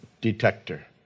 detector